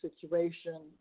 situation